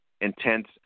intense